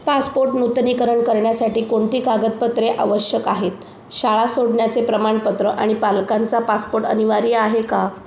passport नूतनीकरण करण्यासाठी कोणती कागदपत्रे आवश्यक आहेत शाळा सोडण्याचे प्रमाणपत्र आणि पालकांचा पासपोट अनिवार्य आहे का